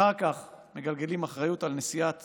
אחר כך מגלגלים אחריות לנשיאת